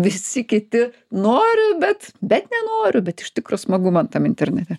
visi kiti noriu bet bet nenoriu bet iš tikro smagu man tam internete